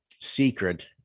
secret